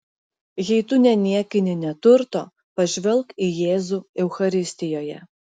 jei tu neniekini neturto pažvelk į jėzų eucharistijoje